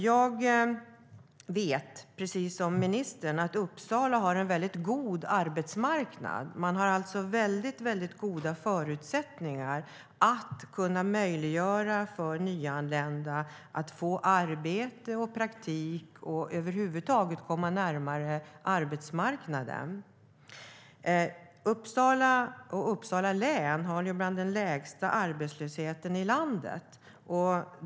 Jag vet precis som ministern att Uppsala har en väldigt god arbetsmarknad. Man har väldigt goda förutsättningar att möjliggöra för nyanlända att få arbete, praktik och över huvud taget komma närmare arbetsmarknaden. Uppsala och Uppsala län har en arbetslöshet som är bland de lägsta i landet.